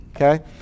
Okay